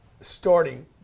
starting